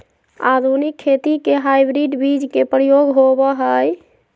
आधुनिक खेती में हाइब्रिड बीज के प्रयोग होबो हइ